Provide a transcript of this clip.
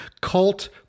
Cult